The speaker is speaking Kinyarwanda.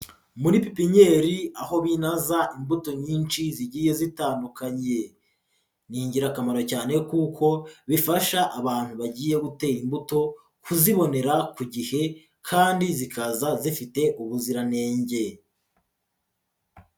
Muri pipinyeri aho binaza imbuto nyinshi zigiye zitandukanye, ni ingirakamaro cyane kuko bifasha abantu bagiye gutera imbuto, kuzibonera ku gihe kandi zikaza zifite ubuziranenge.